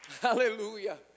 Hallelujah